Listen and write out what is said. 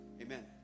Amen